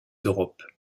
europe